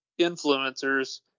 influencers